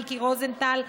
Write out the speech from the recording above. מיקי רוזנטל,